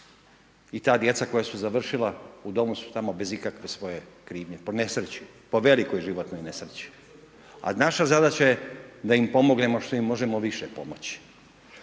i ta djeca koja su završila u domu su tamo bez ikakve svoje krivnje, po nesreći, po velikoj životnoj nesreći. A naša zadaća je da im pomognemo što im možemo više pomoći.